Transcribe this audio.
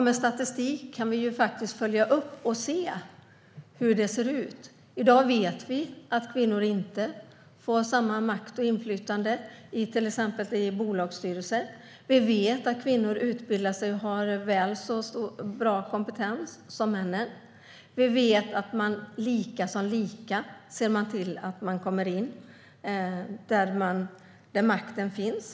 Med statistik kan vi följa upp detta och se hur det ser ut. I dag vet vi att kvinnor inte får samma makt och inflytande i till exempel bolagsstyrelser. Vi vet att kvinnor utbildar sig och har väl så bra kompetens som männen. Men det handlar om att se till att komma in där makten finns.